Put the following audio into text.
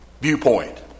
viewpoint